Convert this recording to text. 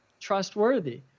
trustworthy